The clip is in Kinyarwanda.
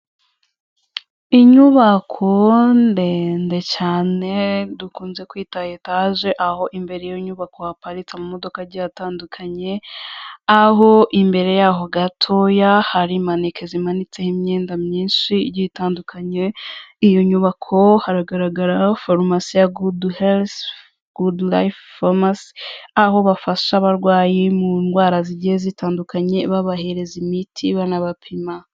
Inyubako ndende cane dukunze kwita etaje aho imbere y'iyo nyubako haparitse amamodoka agiye atandukanye, aho imbere yaho gatoya hari maneke zimanitseho imyenda myinshi igiye itandukanye, iyo nyubako haragaragara farumasi ya guduherifu gudurayifu fomasi aho bafasha abarwayi mu ndwara zigiye zitandukanye babahereza imiti banabapima.